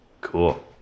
Cool